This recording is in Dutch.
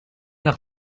nog